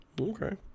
okay